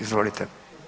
Izvolite.